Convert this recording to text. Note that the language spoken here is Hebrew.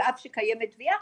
על אף שקיימת תביעה,